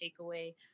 takeaway